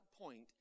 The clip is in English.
point